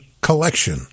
collection